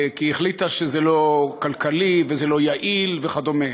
כי היא החליטה שזה לא כלכלי וזה לא יעיל וכדומה.